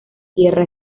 tierra